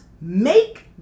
make